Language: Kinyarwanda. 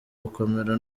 gukomera